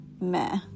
meh